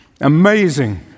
Amazing